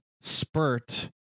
spurt